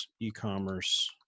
e-commerce